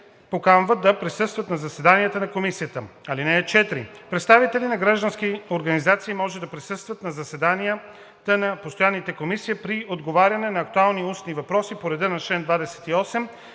поканват да присъстват на заседанията на комисията. (4) Представители на граждански организации може да присъстват на заседанията на постоянните комисии при отговаряне на актуални устни въпроси по реда на чл. 28